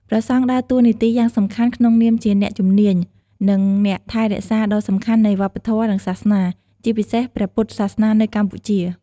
ព្រះសង្ឃដើរតួនាទីយ៉ាងសំខាន់ក្នុងនាមជា អ្នកជំនាញ និងអ្នកថែរក្សាដ៏សំខាន់នៃវប្បធម៌ និងសាសនា ជាពិសេសព្រះពុទ្ធសាសនានៅកម្ពុជា។